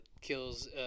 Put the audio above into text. kills